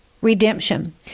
redemption